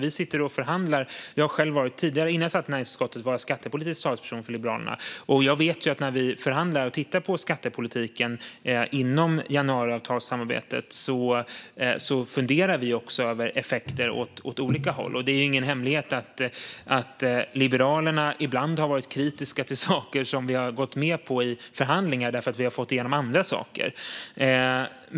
Innan jag kom till näringsutskottet var jag skattepolitisk talesperson för Liberalerna, och jag vet att när vi inom januariavtalssamarbetet förhandlar om skattepolitiken funderar vi också över effekter åt olika håll. Det är ingen hemlighet att vi i Liberalerna ibland har varit kritiska till saker som vi har gått med på i förhandlingar därför att vi har fått igenom andra saker.